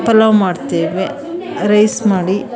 ಪಲಾವ್ ಮಾಡ್ತೇವೆ ರೈಸ್ ಮಾಡಿ